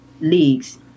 leagues